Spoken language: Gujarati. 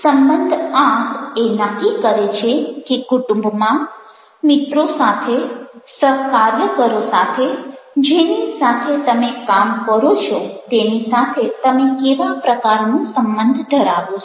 સંબંધ આંક એ નક્કી કરે છે કે કુટુંબમાં મિત્રો સાથે સહકાર્યકરો સાથે જેની સાથે તમે કામ કરો છો તેની સાથે તમે કેવા પ્રકારનો સંબંધ ધરાવો છો